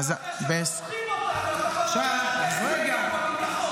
יש כשל לוגי -- שיש כשל לוגי בטענה שלי.